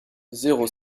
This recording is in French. zéro